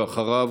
ואחריו,